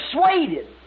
persuaded